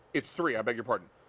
it's three i beg your pardon.